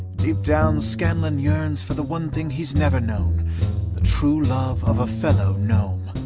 deep down, scanlan yearns for the one thing he's never known the true love of a fellow gnome.